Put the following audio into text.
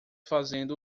fazendo